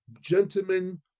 gentlemen